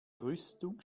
rüstung